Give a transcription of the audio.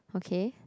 okay